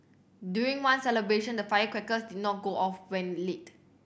during one celebration the firecrackers did not go off when lit